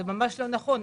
זה ממש לא נכון,